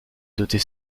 doter